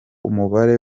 umubare